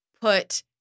put